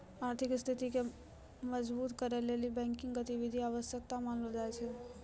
आर्थिक स्थिति के मजबुत करै लेली बैंकिंग गतिविधि आवश्यक मानलो जाय छै